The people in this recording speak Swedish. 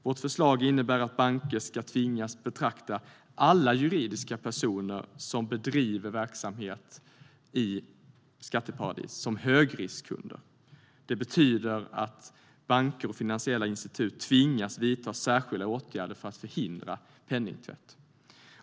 Vårt förslag innebär att banker ska tvingas betrakta alla juridiska personer som bedriver verksamhet i skatteparadis som högriskkunder. Det betyder att banker och finansiella institut tvingas vidta särskilda åtgärder för att förhindra penningtvätt.